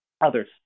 Others